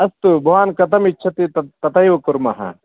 अस्तु भवान् कथम् इच्छति तत् तथैव कुर्मः